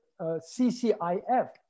CCIF